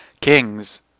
kings